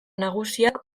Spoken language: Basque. nagusiak